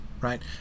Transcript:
right